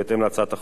בהתאם להצעת החוק,